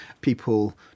People